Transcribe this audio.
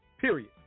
Period